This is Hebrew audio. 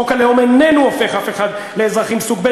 חוק הלאום איננו הופך אף אחד לאזרח סוג ב'.